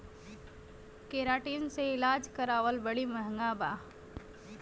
keratin से इलाज करावल बड़ी महँगा बा